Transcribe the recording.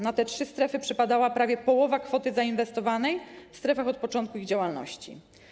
Na te trzy strefy przypadała prawie połowa kwoty zainwestowanej w strefach od początku ich działalności.